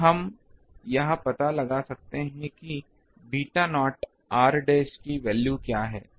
तो हम यह पता लगा सकते हैं कि पहले बीटा नॉट r डैश की वैल्यू क्या है